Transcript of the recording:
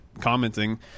commenting